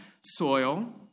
soil